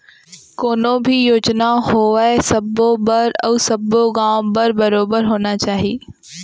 कोनो भी योजना होवय सबो बर अउ सब्बो गॉंव बर बरोबर होना चाही